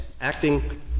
acting